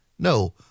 No